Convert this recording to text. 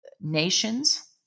nations